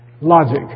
logic